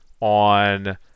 on